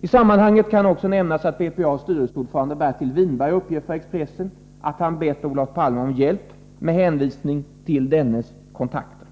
I sammanhanget kan också nämnas att BPA:s styrelseordförande Bertil Whinberg uppger för Expressen att han bett Olof Palme om hjälp, med hänvisning till dennes kontakter.